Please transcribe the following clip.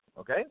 okay